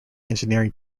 engineering